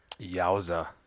yowza